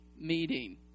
meeting